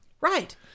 Right